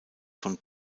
von